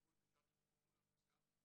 בטיחות ושעת חירום מול המגזר,